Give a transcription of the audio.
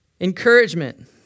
Encouragement